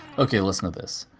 okay, listen to this.